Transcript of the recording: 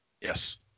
Yes